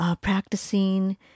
practicing